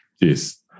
Yes